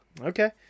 Okay